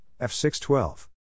F612